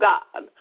God